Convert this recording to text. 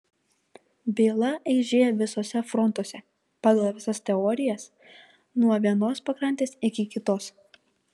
byla eižėjo visuose frontuose pagal visas teorijas nuo vienos pakrantės iki kitos